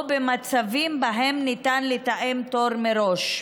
או במצבים שבהם ניתן לתאם תור מראש.